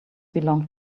belong